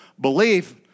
belief